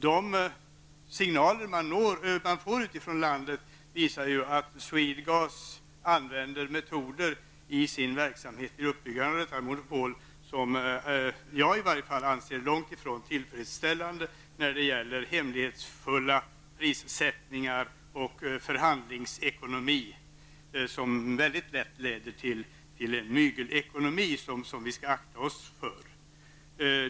De signaler som kommer utifrån landet visar ju att Swedegas AB vid uppbyggandet av monopolet använder metoder, som i varje fall jag anser vara långt ifrån tillfredsställande. Det gäller hemlighetsfulla prissättningar och förhandlingsekonomi som mycket lätt kan leda till en mygelekonomi som vi skall akta oss för.